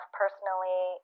personally